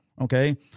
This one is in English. Okay